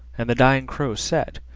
and the dying crow said,